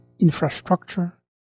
infrastructure